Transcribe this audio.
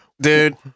Dude